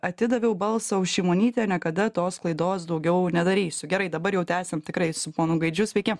atidaviau balsą už šimonytę niekada tos klaidos daugiau nedarysiu gerai dabar jau tęsiam tikrai su ponu gaidžiu sveiki